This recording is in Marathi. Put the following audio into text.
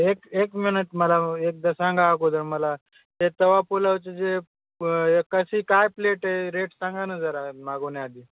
एक एक मिनीट मला एकदा सांगा अगोदर मला ते तवा पुलावचे जे कशी काय प्लेट आहे रेट सांगा ना जर मागून आधी